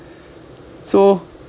so